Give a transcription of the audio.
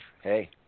hey